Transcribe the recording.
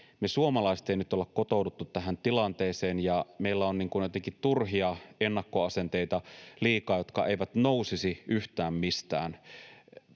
me suomalaiset ei nyt olla kotouduttu tähän tilanteeseen ja meillä on jotenkin turhia ennakkoasenteita liikaa, jotka eivät nousisi yhtään mistään.